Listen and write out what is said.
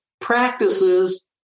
practices